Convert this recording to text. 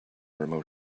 remote